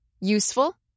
useful